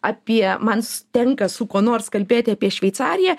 apie man tenka su kuo nors kalbėti apie šveicariją